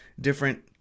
different